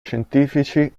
scientifici